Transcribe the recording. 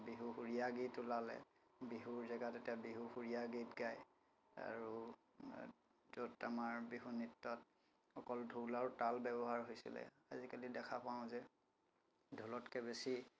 বিহু সুৰীয়া গীত ওলালে বিহুৰ জেগাত এতিয়া বিহু সুৰীয়া গীত গাই আৰু য'ত আমাৰ বিহু নৃত্যত অকল ঢোল আৰু তাল ব্যৱহাৰ হৈছিলে আজিকালি দেখা পাওঁ যে ঢোলতকৈ বেছি